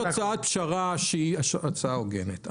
לי יש הצעת פשרה שהיא הצעה הוגנת.